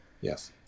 Yes